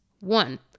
One